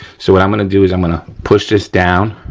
so, what i'm gonna do is i'm gonna push this down